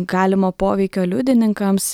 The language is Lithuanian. galimo poveikio liudininkams